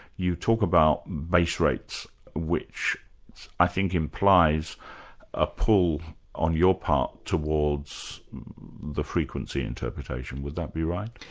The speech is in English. you talk about base rates which i think implies a pull on your part towards the frequency interpretation, would that be right?